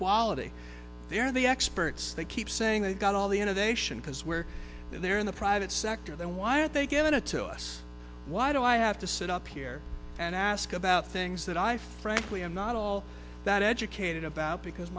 quality they're the experts that keep saying they've got all the innovation because where they're in the private sector then why are they giving it to us why do i have to sit up here and ask about things that i frankly i'm not all that educated about because